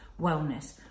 wellness